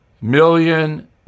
million